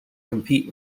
compete